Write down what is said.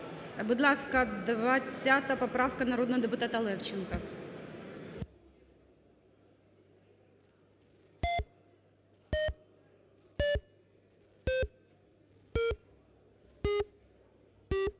Будь ласка, 20 поправка народного депутата Левченка.